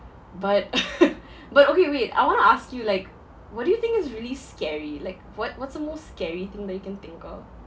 but but okay wait I want to ask you like what do you think is really scary like what what's the most scary thing that you can think of